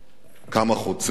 כשקם החוצץ,